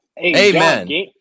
Amen